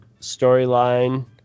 storyline